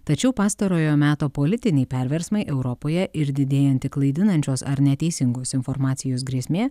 tačiau pastarojo meto politiniai perversmai europoje ir didėjanti klaidinančios ar neteisingos informacijos grėsmė